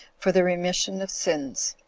for the remission of sins.